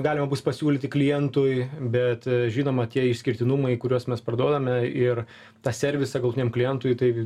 galima bus pasiūlyti klientui bet žinoma tie išskirtinumai kuriuos mes parduodame ir tą servisą galutiniam klientui tai